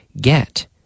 get